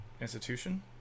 institution